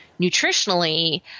nutritionally